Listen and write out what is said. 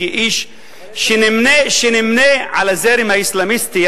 כאיש שנמנה עם הזרם האסלאמיסטי,